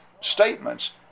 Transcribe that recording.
statements